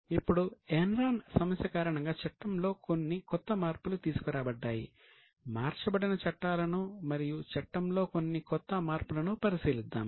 ఇప్పుడు ఎన్రాన్ సమస్య కారణంగా చట్టంలో కొన్ని కొత్త మార్పులు తీసుకురాబడ్డాయి మార్చబడిన చట్టాలను మరియు చట్టంలో కొన్ని కొత్త మార్పులను పరిశీలిద్దాము